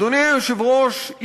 אדוני היושב-ראש,